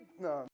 no